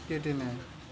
কেটে নেই